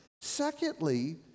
Secondly